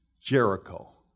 Jericho